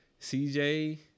CJ